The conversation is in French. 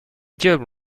diable